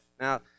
Now